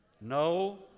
no